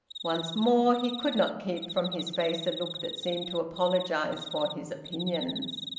once more he could not keep from his face a look that seemed to apologise for his opinions.